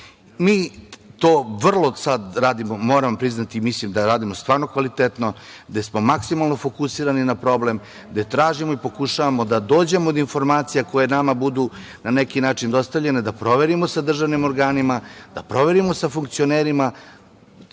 Mi to vrlo, sad radimo, moram priznati, mislim da radimo stvarno kvalitetno, gde smo maksimalno fokusirani na problem, gde tražimo i pokušavamo da dođemo do informacija koje nama budu na neki način dostavljene, da proverimo sa državnim organima, da proverimo sa funkcionerima